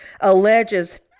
alleges